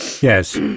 Yes